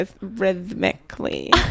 rhythmically